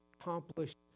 accomplished